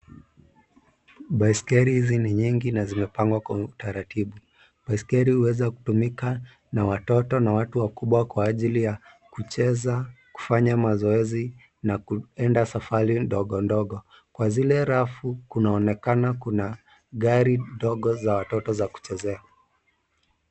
Baiskeli hizi ni nyingi na zimepangwa kwa utaratibu. Baiskeli huweza kutumika na watoto na watu wakubwa kwa ajili ya kucheza, kufanya mazoezi na kuenda safari ndogo ndogo. Kwa zile rafu kunaonekana kuna gari dogo za watoto za kuchezea.